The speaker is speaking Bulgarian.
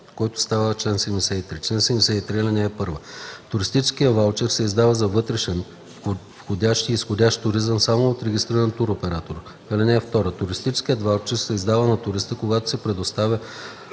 който става чл. 73: „Чл. 73. (1) Туристическият ваучер се издава за вътрешен, входящ и изходящ туризъм само от регистриран туроператор. (2) Туристическият ваучер се издава на туриста, когато се предоставя